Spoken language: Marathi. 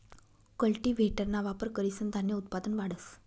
कल्टीव्हेटरना वापर करीसन धान्य उत्पादन वाढस